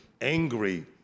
angry